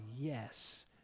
yes